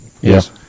yes